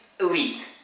elite